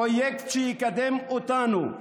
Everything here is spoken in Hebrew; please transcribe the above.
פרויקט שיקדם אותנו,